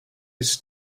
his